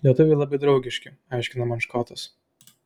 lietuviai labai draugiški aiškina man škotas